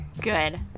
Good